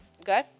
Okay